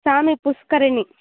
స్వామి పుష్కరిణి